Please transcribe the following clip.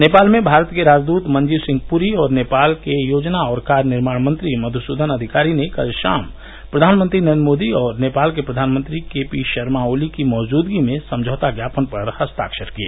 नेपाल में भारत के राजदूत मंजीव सिंह पुरी और नेपाल के योजना और कार्य निर्माण मंत्री मधुसूदन अधिकारी ने कल शाम प्रधानमंत्री नरेन्द्र मोदी और नेपाल के प्रधानमंत्री के पी शर्मा ओली की मौजूदगी में समझौता ज्ञापन पर हस्ताक्षर किए